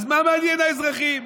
אז מה מעניינים האזרחים?